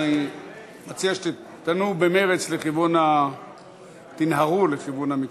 אני מציע שתנועו במרץ, תנהרו לכיוון המיקרופון.